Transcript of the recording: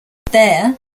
there